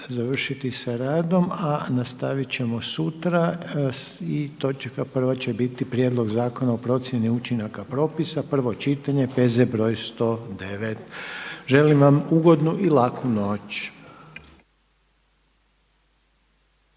završiti sa radom, a nastavit ćemo sutra. I točka prva će biti Prijedlog zakona o procjeni učinaka propisa, prvo čitanje, P.Z. br. 109. Želim vam ugodnu i laku noć.